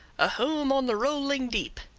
a home on the rolling deep,